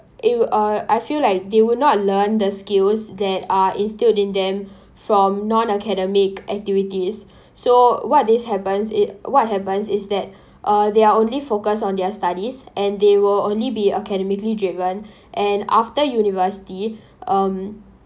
uh I feel like they will not learn the skills that are instilled in them from non academic activities so what this happens it what happens is that uh they are only focused on their studies and they will only be academically driven and after university um